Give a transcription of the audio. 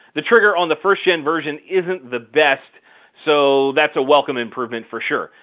the trigger on the first gen version isn't the best so thats a welcome improvement for sure.